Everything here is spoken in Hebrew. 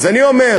אז אני אומר,